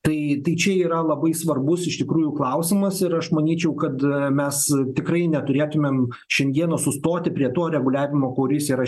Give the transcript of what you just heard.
tai tai čia yra labai svarbus iš tikrųjų klausimas ir aš manyčiau kad mes tikrai neturėtumėm šiandieną sustoti prie to reguliavimo kuris yra